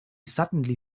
suddenly